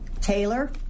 taylor